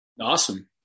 awesome